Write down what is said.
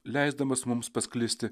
leisdamas mums pasklisti